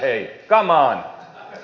kamoon